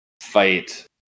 fight